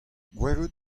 gwelet